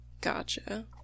gotcha